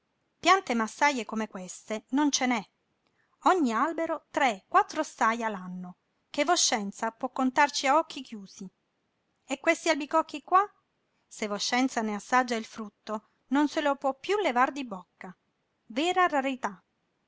lui piante massaje come queste non ce n'è ogni albero tre quattro staja l'anno che voscenza può contarci a occhi chiusi e questi albicocchi qua se voscenza ne assaggia il frutto non se lo può piú levar di bocca vera rarità